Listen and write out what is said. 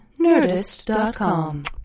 Nerdist.com